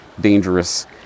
dangerous